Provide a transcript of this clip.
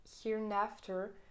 hereafter